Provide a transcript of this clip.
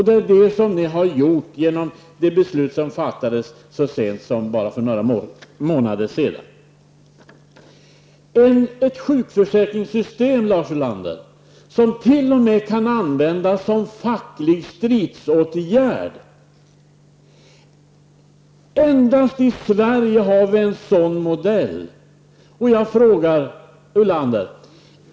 Det är det ni har gjort genom det beslut som fattades så sent som för för bara några månader sedan. Vi har ett sjukförsäkringssystem, Lars Ulander, som t.o.m. kan användas som facklig stridsåtgärd. Endast i Sverige finns en sådan modell!